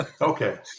okay